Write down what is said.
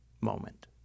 moment